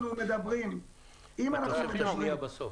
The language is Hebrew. אולי הכי מהותי.